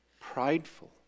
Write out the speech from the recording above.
prideful